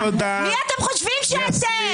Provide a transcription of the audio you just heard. מי אתם חושבים שאתם?